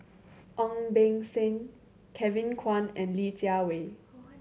Ong Beng Seng Kevin Kwan and Li Jiawei